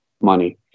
money